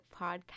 podcast